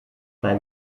bei